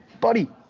buddy